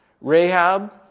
Rahab